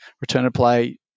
return-to-play